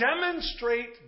demonstrate